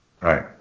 Right